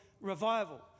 revival